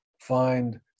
find